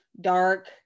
dark